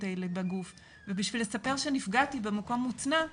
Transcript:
האלה בגוף ובשביל לספר שנפגעתי במקום מוצנע,